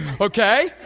Okay